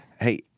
Hey